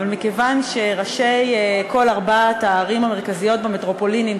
אבל מכיוון שראשי כל הערים המרכזיות במטרופולינים,